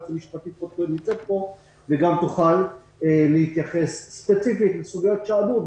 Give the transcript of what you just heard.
היועצת המשפטית נמצאת פה והיא גם תוכל להתייחס ספציפית לסוגיות שעלו,